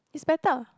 it's better